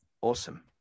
awesome